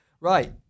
Right